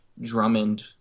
Drummond